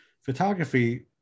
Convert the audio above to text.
photography